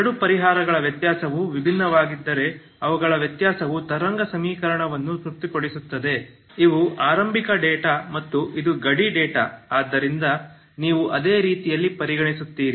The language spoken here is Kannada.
ಎರಡು ಪರಿಹಾರಗಳ ವ್ಯತ್ಯಾಸವು ವಿಭಿನ್ನವಾಗಿದ್ದರೆ ಅವುಗಳ ವ್ಯತ್ಯಾಸವು ತರಂಗ ಸಮೀಕರಣವನ್ನು ತೃಪ್ತಿಪಡಿಸುತ್ತದೆ ಇವು ಆರಂಭಿಕ ಡೇಟಾ ಮತ್ತು ಇದು ಗಡಿ ಡೇಟಾ ಆದ್ದರಿಂದ ನೀವು ಅದೇ ರೀತಿಯಲ್ಲಿ ಪರಿಗಣಿಸುತ್ತೀರಿ